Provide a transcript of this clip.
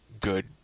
good